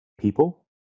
people